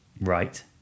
right